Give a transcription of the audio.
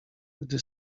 gdy